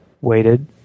waited